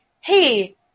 Hey